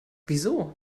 wieso